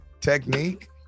technique